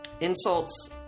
insults